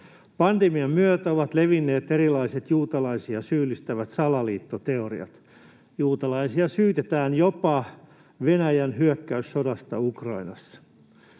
Pandemian myötä ovat levinneet erilaiset juutalaisia syyllistävät salaliittoteo- riat. Juutalaisia syytetään jopa Venäjän hyökkäyssodasta Ukrainassa.